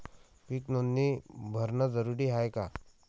पीक नोंदनी भरनं जरूरी हाये का?